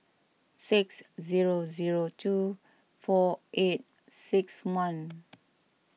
six zero zero two four eight six one